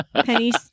Pennies